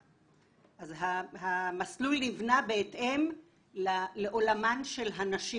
אז המסלול נבנה בהתאם לעולמן של הנשים.